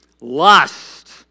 lust